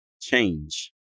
change